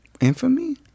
Infamy